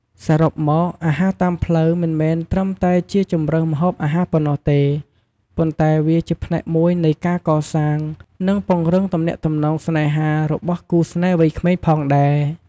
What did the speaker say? សរុបមក អាហារតាមផ្លូវមិនមែនត្រឹមតែជាជម្រើសម្ហូបអាហារប៉ុណ្ណោះទេ ប៉ុន្តែវាជាផ្នែកមួយនៃការកសាង និងពង្រឹងទំនាក់ទំនងស្នេហារបស់គូស្នេហ៍វ័យក្មេងផងដែរ។